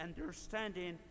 understanding